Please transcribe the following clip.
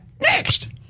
next